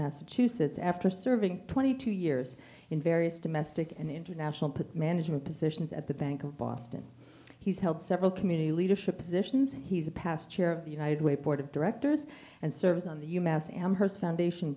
massachusetts after serving twenty two years in various domestic and international put management positions at the bank of boston he's held several community leadership positions he's a past chair of the united way board of directors and serves on the u mass amhurst foundation